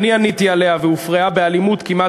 הוא מכחיש שאמר שהבדואים מסכימים.